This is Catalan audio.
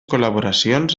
col·laboracions